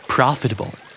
Profitable